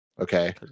Okay